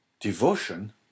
Devotion